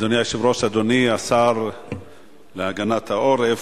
אדוני היושב-ראש, אדוני השר להגנת העורף,